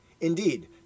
Indeed